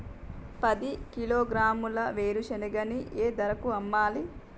పది కిలోగ్రాముల వేరుశనగని ఏ ధరకు అమ్మాలి?